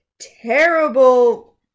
terrible